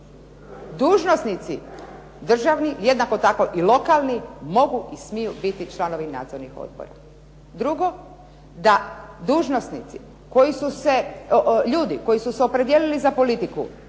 dužnosnici državni, jednako tako i lokalni mogu i smiju biti članovi nadzornih odbora. Drugo, da dužnosnici koji su se, ljudi koji su se opredijelili za politiku,